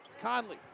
Conley